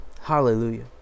hallelujah